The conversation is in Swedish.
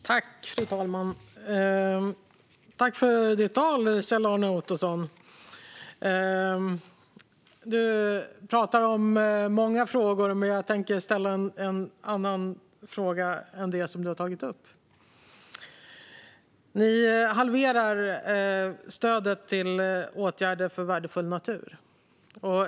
Fru talman! Tack för ditt anförande, Kjell-Arne Ottosson! Du talade om många frågor, men jag tänker ta upp en annan fråga som du inte har tagit upp. Ni halverar stödet till åtgärder för värdefull natur.